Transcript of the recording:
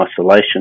isolation